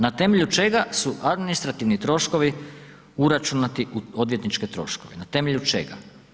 Na temelju čega su administrativni troškovi uračunati u odvjetničke troškove, na temelju čega?